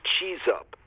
Cheese-Up